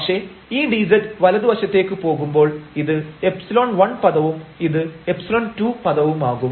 പക്ഷേ ഈ dz വലതുവശത്തേക്ക് പോകുമ്പോൾ ഇത് ϵ1 പദവും ഇത് ϵ2 പദവുമാകും